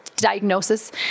Diagnosis